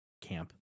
Camp